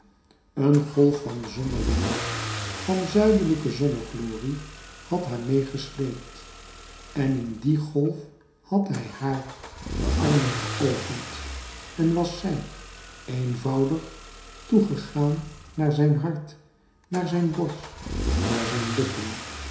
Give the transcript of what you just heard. een golf van zonnelicht van zuidelijke zonneglorie had haar meegesleept en in die golf had hij haar de armen geopend en was zij eenvoudig toegegaan naar zijn hart naar zijn borst naar zijn lippen